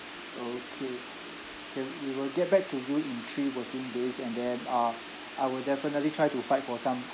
okay can we will get back to you in three working days and then uh I will definitely try to fight for some